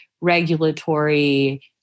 regulatory